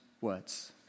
words